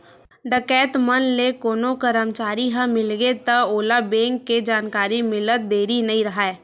डकैत मन ले कोनो करमचारी ह मिलगे त ओला बेंक के जानकारी मिलत देरी नइ राहय